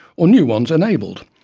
or new ones enabled,